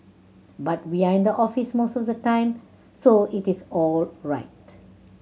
but we are in the office most of the time so it is all right